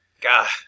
God